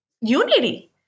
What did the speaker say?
unity